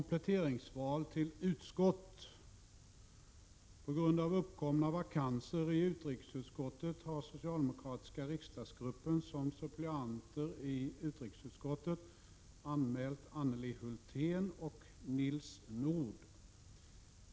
På grund av uppkomna vakanser i utrikesutskottet har socialdemokratiska riksdagsgruppen som suppleanter i utrikesutskottet anmält Anneli Hulthén och Nils Nordh.